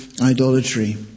idolatry